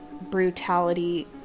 brutality